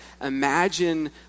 Imagine